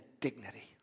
dignity